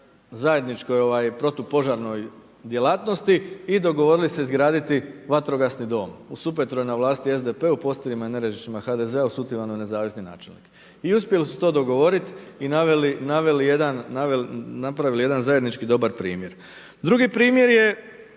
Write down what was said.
zajedničkoj protupožarnoj djelatnosti i dogovorili se izgraditi vatrogasni dom. U Supetru je na vlasti SDP, u Postirama i Nerežišću HDZ, u Sutivanu nezavisni načelnik. I uspjeli su to dogovoriti i naveli jedan, napravili jedan zajednički dobar primjer. Drugi primjer je